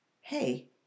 hey